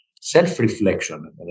self-reflection